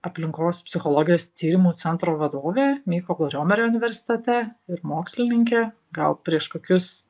aplinkos psichologijos tyrimų centro vadovė mykolo riomerio universitete ir mokslininkė gal prieš kokius